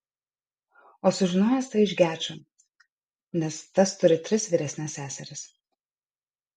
o sužinojęs tai iš gečo nes tas turi tris vyresnes seseris